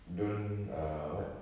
don't uh what